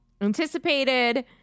anticipated